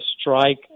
strike